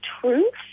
truth